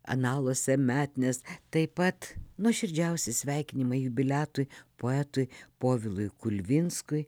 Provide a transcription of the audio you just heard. analuose metines taip pat nuoširdžiausi sveikinimai jubiliatui poetui povilui kulvinskui